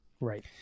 Right